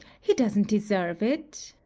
he doesn't deserve it.